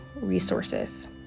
resources